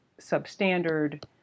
substandard